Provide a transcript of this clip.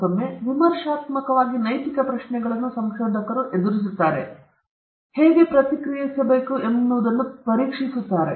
ಮತ್ತೊಮ್ಮೆ ವಿಮರ್ಶಾತ್ಮಕವಾಗಿ ನೈತಿಕ ಪ್ರಶ್ನೆಗಳನ್ನು ಸಂಶೋಧಕರು ಎದುರಿಸುತ್ತಾರೆ ಮತ್ತು ಹೇಗೆ ಪ್ರತಿಕ್ರಿಯಿಸಬೇಕು ಎನ್ನುವುದನ್ನು ಪರೀಕ್ಷಿಸುತ್ತಾರೆ